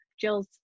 Jill's